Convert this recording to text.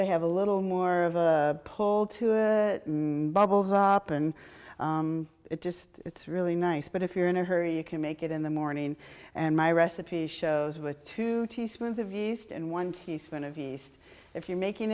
to have a little more of a pole to bubbles up and it just it's really nice but if you're in a hurry you can make it in the morning and my recipe shows with two teaspoons of yeast and one teaspoon of yeast if you're making